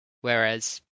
Whereas